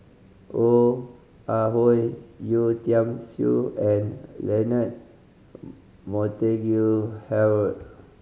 Ong Ah Hoi Yeo Tiam Siew and Leonard Montague Harrod